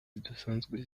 zidasanzwe